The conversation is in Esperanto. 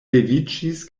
leviĝis